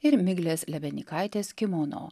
ir miglės lebednykaitės kimono